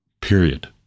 Period